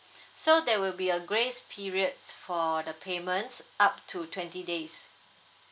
so there will be a grace periods for the payments up to twenty days